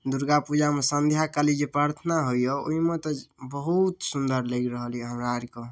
दुर्गा पूजामे संध्या कालीन जे प्रार्थना होइया ओइमे तऽ बहुत सुन्दर लागि रहल यऽ हमरा आरके